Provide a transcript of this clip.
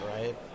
right